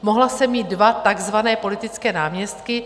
Mohla jsem mít dva takzvané politické náměstky.